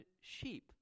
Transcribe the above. sheep